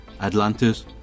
Atlantis